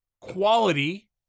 Quality